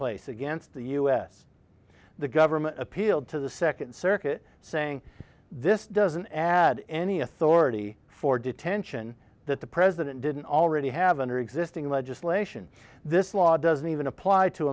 place against the u s the government appealed to the second circuit saying this doesn't add any authority for detention that the president didn't already have under existing legislation this law doesn't even appl